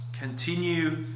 Continue